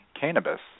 cannabis